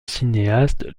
cinéaste